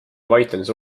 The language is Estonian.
andis